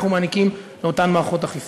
אנחנו מעניקים לאותן מערכות אכיפה.